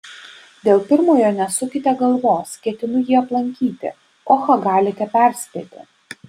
dėl pirmojo nesukite galvos ketinu jį aplankyti kochą galite perspėti